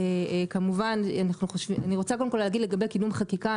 אני רוצה להגיד לגבי קידום חקיקה.